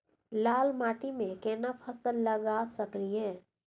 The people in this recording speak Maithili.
लाल माटी में केना फसल लगा सकलिए?